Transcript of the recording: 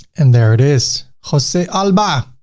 and there it is jose alba.